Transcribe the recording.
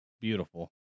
Beautiful